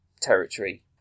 territory